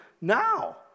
now